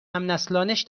همنسلانش